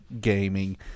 gaming